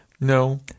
no